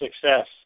success